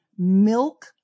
milk